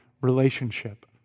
relationship